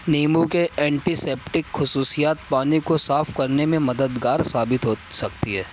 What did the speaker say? نیمو کے antiseptic خصوصیات پانی کو صاف کرنے میں مددگار ثابت ہو سکتی ہے